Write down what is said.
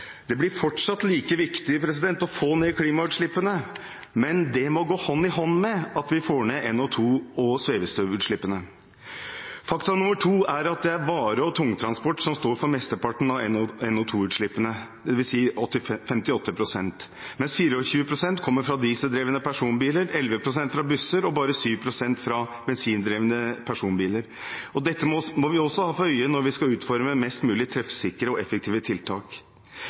Det blir fortsatt like viktig å få ned klimautslippene, men det må gå hånd i hånd med at vi får ned utslippene av NO2 og svevestøv. Faktum nr. 2 er at det er vare- og tungtransport som står for mesteparten av NO2-utslippene, dvs. 58 pst., mens 24 pst. kommer fra dieseldrevne personbiler, 11 pst. fra busser og bare 7 pst. fra bensindrevne personbiler. Det må vi også ha for øye når vi skal utforme mest mulig treffsikre og effektive tiltak.